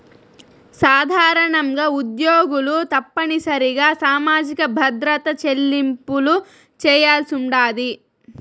సాధారణంగా ఉద్యోగులు తప్పనిసరిగా సామాజిక భద్రత చెల్లింపులు చేయాల్సుండాది